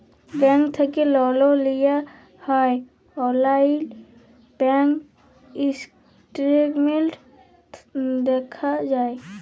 bank থ্যাকে লল লিয়া হ্যয় অললাইল ব্যাংক ইসট্যাটমেল্ট দ্যাখা যায়